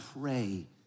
pray